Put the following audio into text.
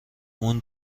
اون